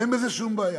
ואין בזה שום בעיה.